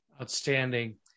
Outstanding